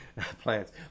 plants